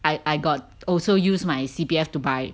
I I got also use my C_P_F to buy